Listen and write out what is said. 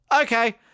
Okay